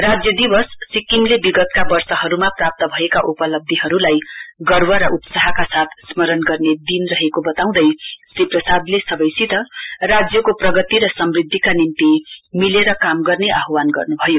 राज्य दिवस सिक्किमले विगत वर्षहरुमा प्राप्त भएका उपलब्धीहरुलाई गर्व र उत्साहका साथ स्मरण गर्ने दिन रहेको बताँउदै श्री प्रसादले सबैसित राज्यको पुगति र समृध्दिका निम्ति मिलेर काम गर्ने आह्वान गर्नुभयो